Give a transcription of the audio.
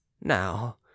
now